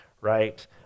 right